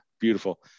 beautiful